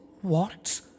what